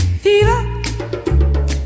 Fever